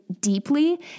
deeply